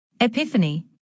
epiphany